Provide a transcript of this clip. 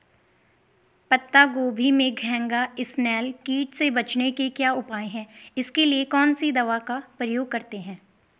पत्ता गोभी में घैंघा इसनैल कीट से बचने के क्या उपाय हैं इसके लिए कौन सी दवा का प्रयोग करते हैं?